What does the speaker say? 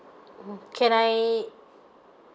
can I